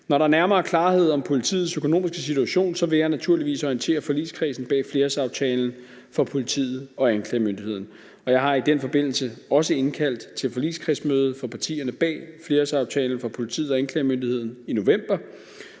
Når der er nærmere klarhed om politiets økonomiske situation, vil jeg naturligvis orientere forligskredsen bag flerårsaftalen for politiet og anklagemyndigheden. Jeg har i den forbindelse også indkaldt til forligskredsmøde for partierne bag flerårsaftalen for politiet og anklagemyndigheden i november,